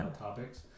topics